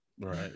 right